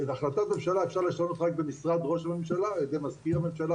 והחלטת ממשלה אפשר לשנות רק במשרד ראש הממשלה על ידי מזכיר הממשלה,